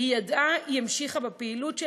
שהיא ידעה, היא המשיכה בפעילות שלה,